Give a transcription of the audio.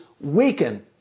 weaken